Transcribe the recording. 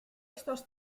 estos